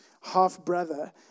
half-brother